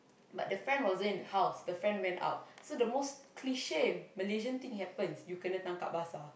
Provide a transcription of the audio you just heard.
but the friend wasn't in the house the friend went out so the most cliche and most Malaysian thing happens you kena tangkap basah